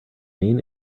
main